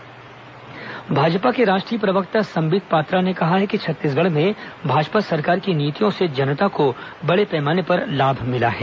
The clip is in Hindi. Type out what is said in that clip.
संबित पात्रा पत्रकारवार्ता भाजपा के राष्ट्रीय प्रवक्ता संबित पात्रा ने कहा है कि छत्तीसगढ़ में भाजपा सरकार की नीतियों से जनता को बड़े पैमाने पर लाभ मिला है